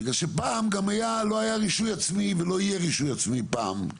בגלל שפעם גם לא היה רישוי עצמי ולא יהיה רישוי עצמי פעם.